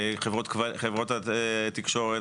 חברות תקשורת,